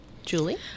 Julie